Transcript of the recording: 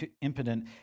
impotent